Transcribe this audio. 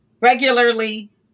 regularly